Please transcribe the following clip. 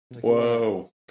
Whoa